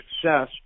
success